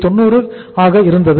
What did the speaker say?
90 ஆக இருந்தது